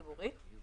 החברה תגיד: רגע,